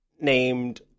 named